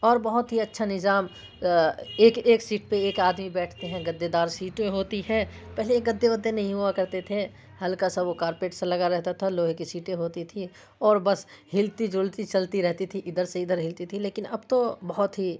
اور بہت ہی اچّھا نظام ایک ایک سیٹ پہ ایک آدمی بیٹھتے ہیں گدے دار سیٹیں ہوتی ہے پہلے یہ گدے ودے نہیں ہوا کرتے تھے ہلکا سا وہ کارپیٹ سا لگا رہتا تھا لوہے کی سیٹیں ہوتی تھیں اور بس ہلتی جلتی چلتی رہتی تھی ادھر سے ادھر ہلتی تھی لیکن اب تو بہت ہی